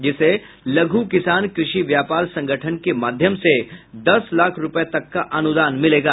जिसे लघू किसान कृषि व्यापार संगठन के माध्यम से दस लाख रूपये तक का अनुदान मिलेगा